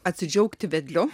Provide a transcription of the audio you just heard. atsidžiaugti vedliu